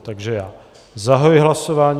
Takže já zahajuji hlasování.